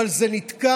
אבל זה נתקע,